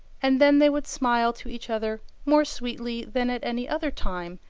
and then they would smile to each other more sweetly than at any other time,